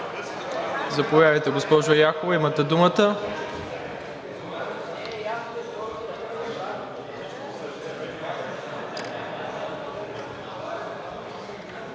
Заповядайте, госпожо Яхова – имате думата.